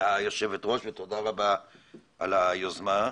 ליושבת הראש ותודה רבה על היוזמה.